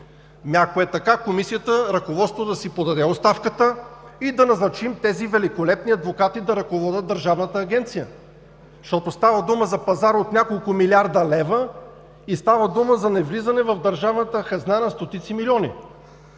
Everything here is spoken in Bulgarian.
ако е така, ръководството на Комисията да се подаде оставката и да назначим тези великолепни адвокати да ръководят Държавната агенция, защото става дума за пазар от няколко милиарда лева и става дума за невлизане в държавната хазна на стотици милиони.